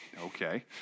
okay